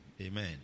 Amen